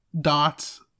dots